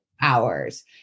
hours